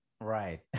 right